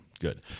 good